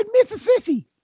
Mississippi